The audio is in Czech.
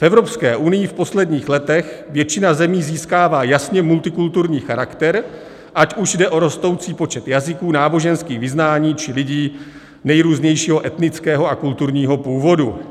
V Evropské unii v posledních letech většina zemí získává jasně multikulturní charakter, ať už jde o rostoucí počet jazyků, náboženských vyznání, či lidí nejrůznějšího etnického a kulturního původu.